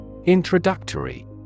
introductory